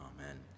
Amen